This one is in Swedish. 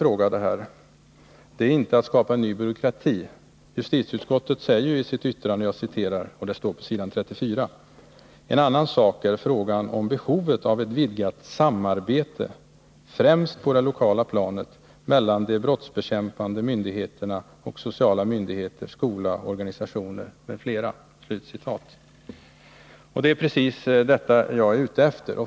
Här är det inte fråga om att skapa en ny byråkrati. På s. 34 i sitt betänkande skriver justitieutskottet så här: ”En annan sak är frågan om behovet av ett vidgat samarbete, främst på det lokala planet, mellan de brottsbekämpande myndigheterna och sociala myndigheter, skola, organisationer m.fl.” Det är precis vad jag är ute efter.